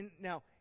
now